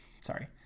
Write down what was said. Sorry